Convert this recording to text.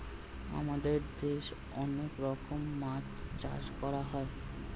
আমাদের দেশে অনেক রকমের মাছ চাষ করা হয়